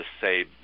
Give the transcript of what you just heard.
say